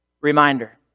reminder